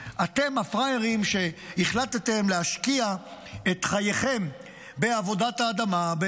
אתם הפראיירים שהחלטתם להשקיע את חייכם בעבודת האדמה,